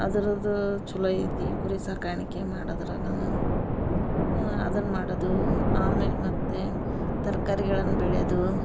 ಅದ್ರದ್ದೂ ಚಲೋ ಐತಿ ಕುರಿ ಸಾಕಾಣಿಕೆ ಮಾಡದರ ಅದನೊಂದ್ ಅದನ್ನು ಮಾಡದು ಆಮೇಲೆ ಮತ್ತು ತರ್ಕಾರಿಗಳನ್ನು ಬೆಳ್ಯದು